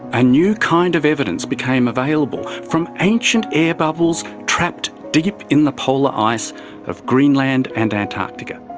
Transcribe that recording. a new kind of evidence became available from ancient air bubbles trapped deep in the polar ice of greenland and antarctica.